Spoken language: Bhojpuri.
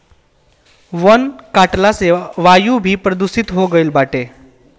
वन कटला से वायु भी प्रदूषित हो गईल बाटे